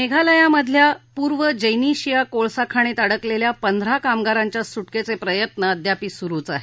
मेघालयामधल्या पूर्व जैनीशीया कोळसा खाणीत अडकलेल्या पंधरा कामगारांच्या सुक्किचे प्रयत्न अद्यापि सुरुच आहेत